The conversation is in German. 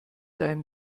deinem